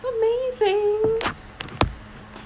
amazing